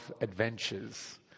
adventures